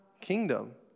kingdom